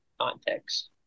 context